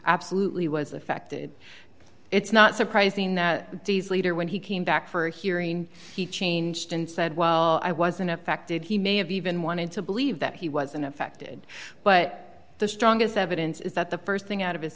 absolutely was affected it's not surprising that days later when he came back for a hearing he changed and said well i wasn't affected he may have even wanted to believe that he wasn't affected but the strongest evidence is that the st thing out of his